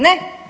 Ne.